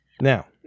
Now